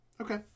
okay